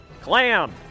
Clam